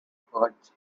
parts